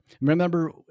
Remember